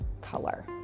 color